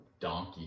donkey